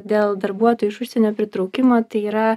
dėl darbuotojų iš užsienio pritraukimo tai yra